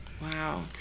Wow